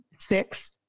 six